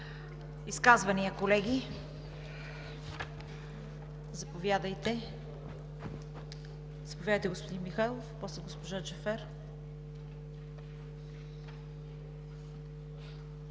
Изказвания, колеги? Заповядайте, господин Михайлов, после госпожа Джафер.